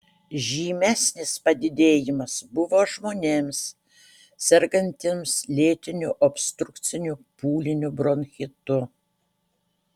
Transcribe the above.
žymesnis padidėjimas buvo žmonėms sergantiems lėtiniu obstrukciniu pūliniu bronchitu